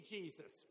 Jesus